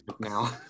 now